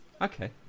Okay